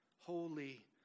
holy